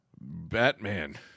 Batman